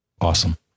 awesome